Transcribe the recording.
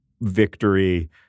victory